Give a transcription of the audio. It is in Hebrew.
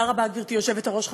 תודה רבה, גברתי היושבת-ראש.